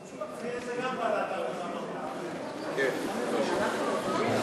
הצעת חוק הגנת הצרכן (תיקון,